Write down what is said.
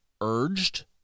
urged